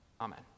amen